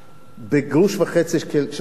בגרוש וחצי של כסף.